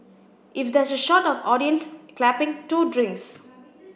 if there's a shot of audience clapping two drinks